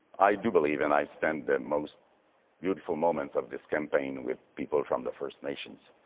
i do believe and i spend the most beautiful moments of this campaign with people from the first nations.